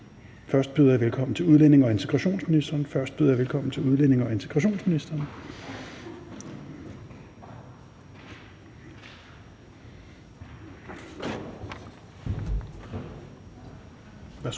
Først byder jeg velkommen til udlændinge- og integrationsministeren.